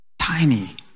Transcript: Tiny